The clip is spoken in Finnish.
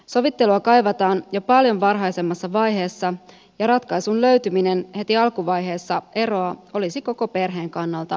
sovittelua kaivataan jo paljon varhaisemmassa vaiheessa ja ratkaisun löytyminen heti eron alkuvaiheessa olisi koko perheen kannalta inhimillisempääkin